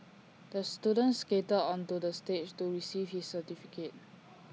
the student skated onto the stage to receive his certificate